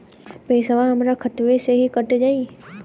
पेसावा हमरा खतवे से ही कट जाई?